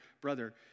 brother